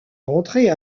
rentrer